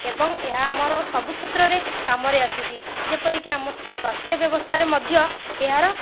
ଏବଂ ଏହା ଆମର ସବୁ କ୍ଷେତ୍ରରେ କାମରେ ଆସୁଛି ଯେପରିକି ଆମ ସ୍ଵାସ୍ଥ୍ୟ ବ୍ୟବସ୍ଥା ମଧ୍ୟ ଏହାର